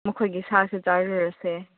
ꯃꯈꯣꯏꯒꯤ ꯁꯥꯁꯨ ꯆꯥꯔꯨꯔꯁꯦ